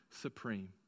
supreme